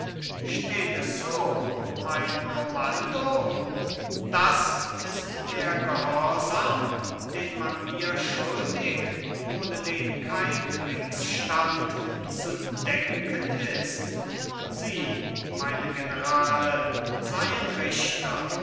steht es so um mein kommando das ist der gehorsam den man mir schuldig ohne den kein kriegsstand zu denken ist sie meine generale seien